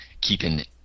keeping